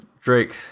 Drake